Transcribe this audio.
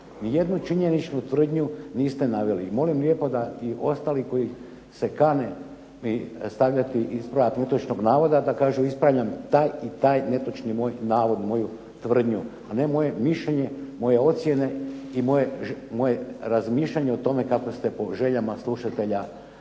Nijednu činjeničnu tvrdnju niste naveli. Molim lijepo da i ostali koji se kane stavljati ispravak netočnog navoda, da kaže ispravljam taj i taj netočni moj navod, moju tvrdnju, a ne moje mišljenje, moje ocjene i moje razmišljanje kako ste po željama slušatelja